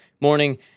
morning